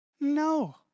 No